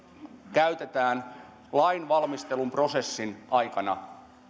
käytetään lainvalmistelun prosessin aikana